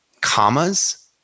commas